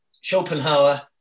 Schopenhauer